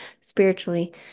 spiritually